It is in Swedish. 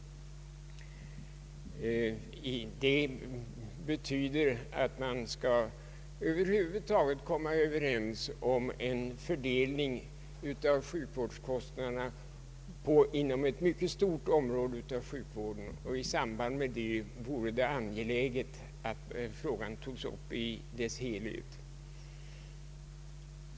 Detta betyder att man över huvud taget skall komma överens om en fördelning av sjukvårdskostnaderna inom ett mycket stort område av sjukvården. I samband därmed vore det angeläget att frågan togs upp i sin helhet.